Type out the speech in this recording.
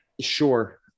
Sure